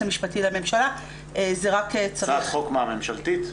המשפטי לממשלה --- הצעת חוק ממשלתית?